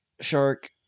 shark